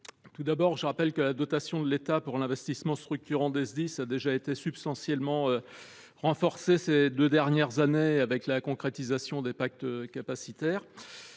Tout d’abord, je rappelle que la dotation de l’État pour l’investissement structurant des Sdis a déjà été substantiellement renforcée ces deux dernières années avec la concrétisation des pactes capacitaires.